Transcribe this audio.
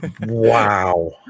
Wow